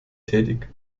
tätig